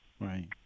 right